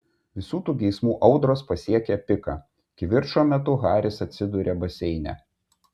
visų tų geismų audros pasiekia piką kivirčo metu haris atsiduria baseine